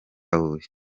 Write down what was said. huye